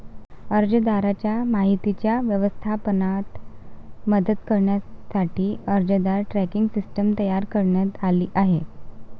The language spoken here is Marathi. अर्जदाराच्या माहितीच्या व्यवस्थापनात मदत करण्यासाठी अर्जदार ट्रॅकिंग सिस्टीम तयार करण्यात आली आहे